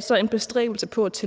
Skatteministeren (Jeppe Bruus):